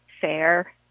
fair